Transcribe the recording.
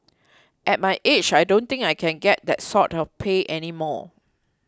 at my age I don't think I can get that sort of pay any more